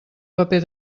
paper